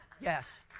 yes